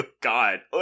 god